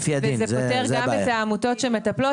וזה פוטר גם את העמותות שמטפלות,